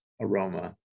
aroma